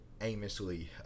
aimlessly